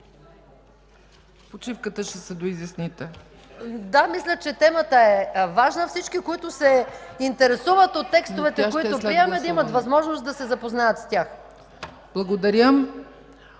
почивката ще се доизясните. МАЯ МАНОЛОВА: Да, мисля, че темата е важна. Всички, които се интересуват от текстовете, което приемаме, да имат възможност да се запознаят с тях. ПРЕДСЕДАТЕЛ